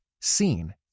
seen